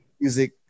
music